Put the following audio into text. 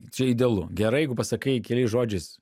čia idealu gerai jeigu pasakai keliais žodžiais